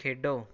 ਖੇਡੋ